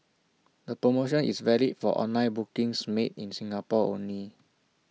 the promotion is valid for online bookings made in Singapore only